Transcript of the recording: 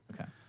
Okay